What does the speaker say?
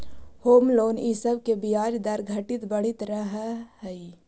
home loan इ सब के ब्याज दर घटित बढ़ित रहऽ हई